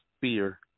fear